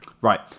Right